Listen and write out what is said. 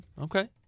Okay